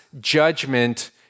judgment